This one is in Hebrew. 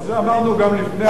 אבל את זה אמרנו גם לפני הבחירות,